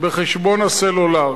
בחשבון הסלולר.